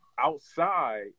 Outside